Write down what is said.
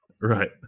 right